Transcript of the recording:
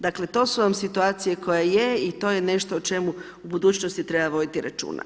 Dakle, to su vam situacije koje je, i to je nešto o čemu u budućnosti treba voditi računa.